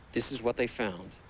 this is what they found.